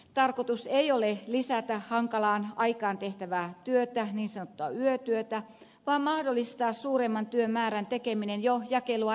tarkoitus ei ole lisätä hankalaan aikaan tehtävää työtä niin sanottua yötyötä vaan mahdollistaa suuremman työmäärän tekeminen jo jakelua edeltävänä päivänä